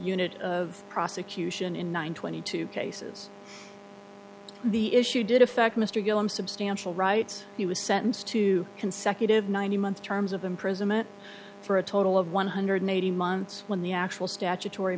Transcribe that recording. unit of prosecution in one thousand and two cases the issue did affect mr gillum substantial rights he was sentenced to consecutive ninety month terms of imprisonment for a total of one hundred eighty months when the actual statutory